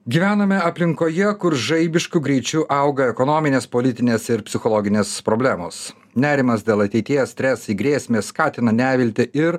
gyvename aplinkoje kur žaibišku greičiu auga ekonominės politinės ir psichologinės problemos nerimas dėl ateities stresai grėsmės skatina neviltį ir